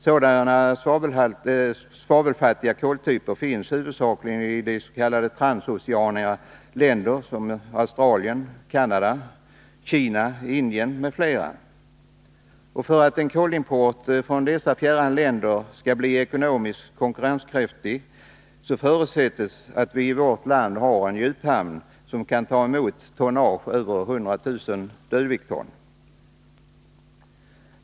Sådana svavelfattiga koltyper finns huvudsakligen i s.k. transoceana länder som Australien, Canada, Kina, Indien m.fl. För att en kolimport från dessa fjärran länder skall bli ekonomiskt konkurrenskraftig förutsätts att vi i vårt land har en djuphamn som kan ta emot tonnage över 100 000 dödviktton.